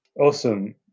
Awesome